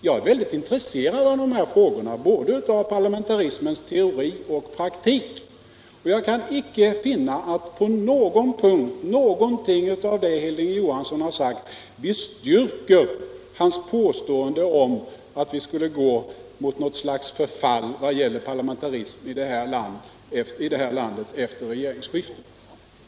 Jag är mycket intresserad av de här frågorna om parlamentarismen — både i teori och praktik — och jag kan inte finna att någonting av det som Hilding Johansson sagt, på någon punkt, bestyrker hans påstående att vi skulle gå mot något slags parlamentarismens förfall i det här landet efter regeringsskiftet.